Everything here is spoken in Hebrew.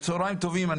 צהריים טובים.